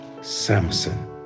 Samson